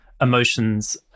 emotions